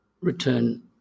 return